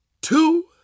two